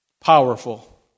powerful